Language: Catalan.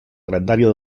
grandària